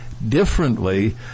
differently